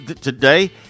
today